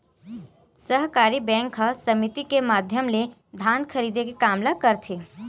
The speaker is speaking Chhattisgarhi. सहकारी बेंक ह समिति के माधियम ले धान खरीदे के काम ल घलोक करथे